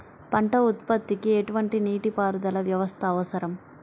పంట ఉత్పత్తికి ఎటువంటి నీటిపారుదల వ్యవస్థ అవసరం?